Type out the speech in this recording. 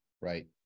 right